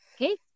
Okay